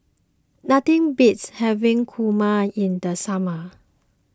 nothing beats having Kurma in the summer